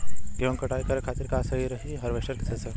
गेहूँ के कटाई करे खातिर का सही रही हार्वेस्टर की थ्रेशर?